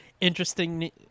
Interesting